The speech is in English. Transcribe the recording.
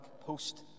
post